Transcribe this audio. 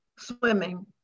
swimming